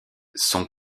sont